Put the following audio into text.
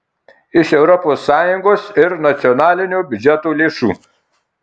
iš europos sąjungos ir nacionalinio biudžeto lėšų